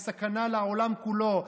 היא סכנה לעולם כולו.